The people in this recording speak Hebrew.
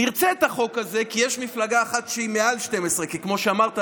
נרצה את החוק הזה כי יש מפלגה אחת שהיא מעל 12. כמו שאמרת,